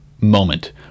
moment